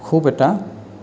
খুব এটা